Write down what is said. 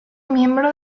miembro